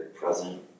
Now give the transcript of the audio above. Present